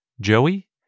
Joey